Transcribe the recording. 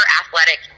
athletic